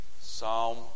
Psalm